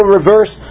reverse